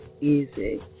easy